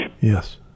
Yes